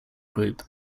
group